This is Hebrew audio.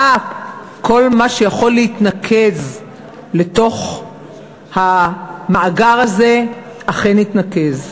כל מה שיכול להתנקז לתוך המאגר הזה אכן התנקז.